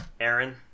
Aaron